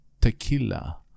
tequila